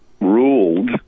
ruled